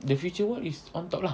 the feature wall is on top lah